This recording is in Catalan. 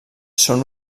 són